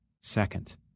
Second